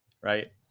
right